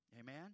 Amen